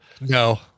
no